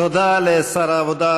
תודה לשר העבודה,